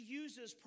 uses